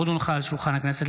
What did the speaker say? עוד הונחה על שולחן הכנסת,